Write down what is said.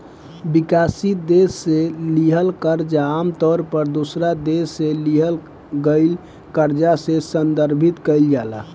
विकासशील देश के कर्जा आमतौर पर दोसरा देश से लिहल गईल कर्जा से संदर्भित कईल जाला